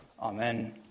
Amen